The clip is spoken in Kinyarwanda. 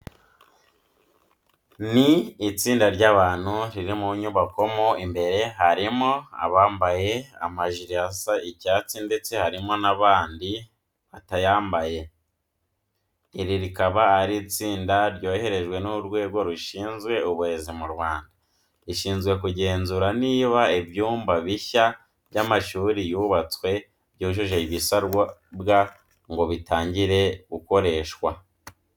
Ni itsinda ry'abantu riri mu nyubako mo imbere, harimo abambaye amajire asa icyatsi ndetse harimo n'abandi batayambaye. Iri rikaba ari itsinda ryoherejwe n'Urwego rushinzwe Uburezi mu Rwanda, rishinzwe kugenzura niba ibyumba bishya by'amashuri byubatswe byujuje ibisabwa ngo bitangire gukoreshwa.